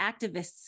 activists